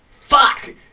fuck